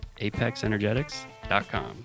ApexEnergetics.com